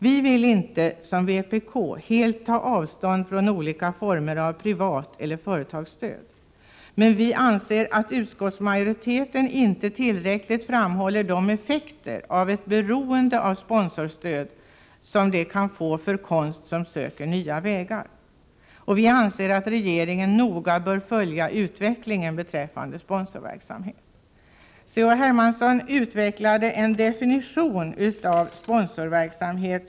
Vi vill inte, som vpk, helt ta avstånd från olika former av privat stöd och företagsstöd. Men vi anser att utskottsmajoriteten inte tillräckligt framhåller de effekter ett beroende av sponsorstöd kan få för konst som söker nya vägar. Vi anser att regeringen noga bör följa utvecklingen beträffande sponsorverksamheten. C.-H. Hermansson försökte göra en definition av begreppet sponsorverksamhet.